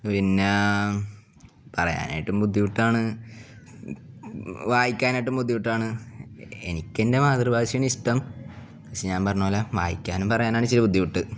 പിന്നെ പറയാനായിട്ടും ബുദ്ധിമുട്ടാണ് വായിക്കാനായിട്ടും ബുദ്ധിമുട്ടാണ് എനിക്ക് എൻ്റെ മാതൃഭാഷാണ് ഇഷ്ടം പക്ഷേ ഞാൻ പറഞ്ഞത് പോലെ വായിക്കാനും പറയാനാണ് ഇച്ചിരി ബുദ്ധിമുട്ട്